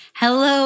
Hello